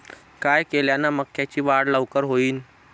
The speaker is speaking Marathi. काय केल्यान मक्याची वाढ लवकर होईन?